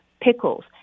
pickles